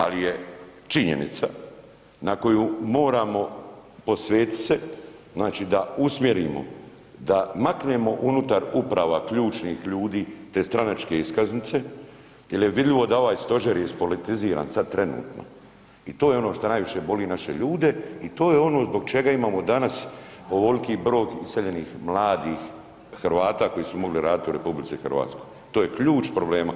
Ali je činjenica na koju moramo posvetiti se znači da usmjerimo, da maknemo unutar uprava ključnih ljudi te stranačke iskaznice jel je vidljivo da je ovaj stožer ispolitiziran sad trenutno i to je ono što najviše boli naše ljude i to je ono zbog čega imamo danas ovoliki broj iseljenih mladih Hrvata koji su mogli raditi u RH, to je ključ problema.